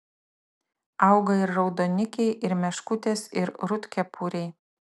auga ir raudonikiai ir meškutės ir rudkepuriai